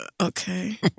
Okay